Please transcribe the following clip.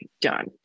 done